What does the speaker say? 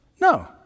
no